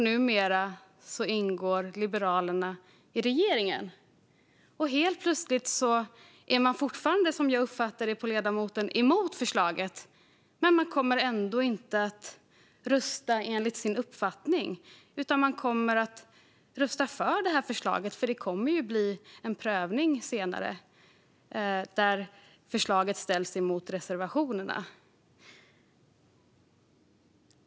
Numera ingår Liberalerna i regeringen. Man är fortfarande, som jag uppfattar det på ledamoten, emot förslaget, men helt plötsligt kommer man inte att rösta enligt sin uppfattning, utan man kommer att rösta för förslaget. Det kommer ju att bli en votering senare där förslaget ställs mot reservationerna.